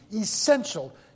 essential